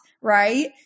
right